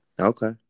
Okay